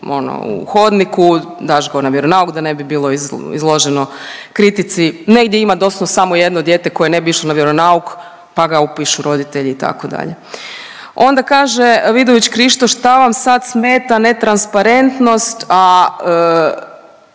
u hodniku, daš ga na vjeronauk da ne bi bilo izloženo kritici. Negdje ima doslovno samo jedno dijete koje ne bi išlo na vjeronauk pa ga upišu roditelji itd. Onda kaže Vidović-Krišto šta vam sad smeta netransparentnost, a